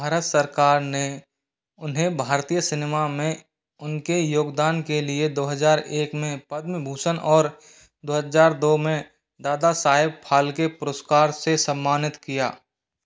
भारत सरकार ने उन्हें भारतीय सिनेमा में उनके योगदान के लिए दो हजार एक में पद्म भूषण और दो हजार दो में दादा साहब फाल्के पुरस्कार से सम्मानित किया